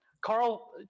Carl